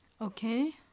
Okay